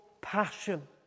passion